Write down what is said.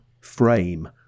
frame